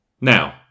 Now